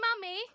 mummy